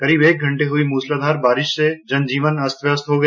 करीब एक घंटे हुई मूसलाधार बारिश से जनजीवन अस्त व्यस्त हो गया